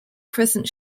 crescent